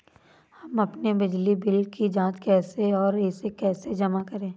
हम अपने बिजली बिल की जाँच कैसे और इसे कैसे जमा करें?